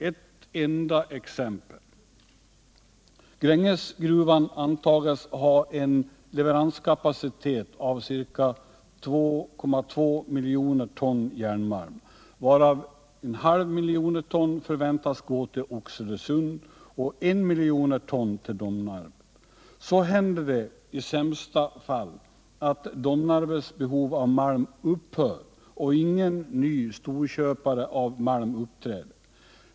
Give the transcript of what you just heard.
Ett enda exempel: Grängesgruvan antas ha en leveranskapacitet av ca 2,2 miljoner ton järnmalm, varav 0,5 miljoner ton förväntas gå till Oxelösund och 1 miljon ton till Domnarvet. Så händer det i sämsta fall att Domnarvets behov av malm upphör och ingen ny storköpare av malm uppträder.